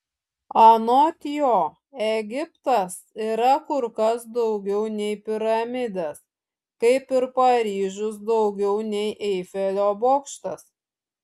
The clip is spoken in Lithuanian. anot jo egiptas yra kur kas daugiau nei piramidės kaip ir paryžius daugiau nei eifelio bokštas